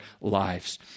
lives